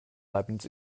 leibniz